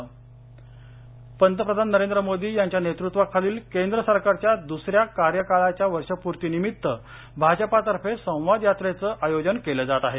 पालघर पंतप्रधान नरेंद्र मोदी यांच्या नेतृत्वाखालील केंद्र सरकारच्या द्रसऱ्या कार्यकाळाच्या वर्षपूर्तीनिमित्त भाजपातर्फे संवाद यात्रेचं आयोजन केलं जात आहे